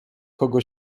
kogo